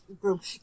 group